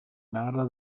narra